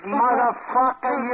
motherfucker